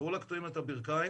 שחררו לקטועים את הברכיים,